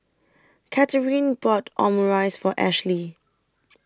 Katheryn bought Omurice For Ashlie